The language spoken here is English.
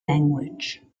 language